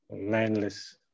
landless